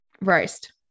Roast